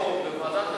בוועדת החינוך,